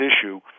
issue